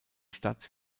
stadt